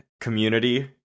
Community